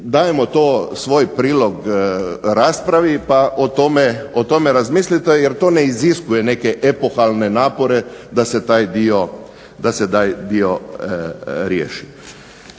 dajemo to, svoj prilog raspravi pa o tome razmislite, jer to ne iziskuje neke epohalne napore da se taj dio riješi.